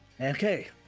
Okay